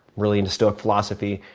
really into stoic philosophy,